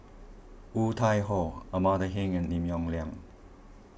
Woon Tai Ho Amanda Heng and Lim Yong Liang